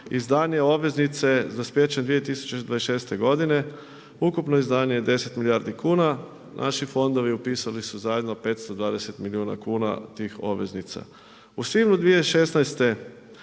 izdanje obveznice sa dospijećem 2026. godine, ukupno izdanje je 10 milijardi kuna, naši fondovi upisali su zajedno 520 milijuna kuna tih obveznica. U svibnju 2016.